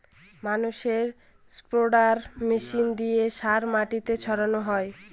ম্যানুরে spreader machine দিয়ে সার মাটিতে ছড়ানো হয়